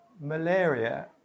malaria